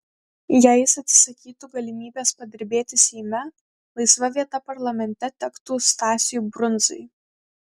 jei jis atsisakytų galimybės padirbėti seime laisva vieta parlamente tektų stasiui brundzai